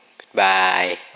goodbye